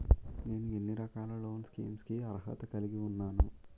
నేను ఎన్ని రకాల లోన్ స్కీమ్స్ కి అర్హత కలిగి ఉన్నాను?